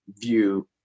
view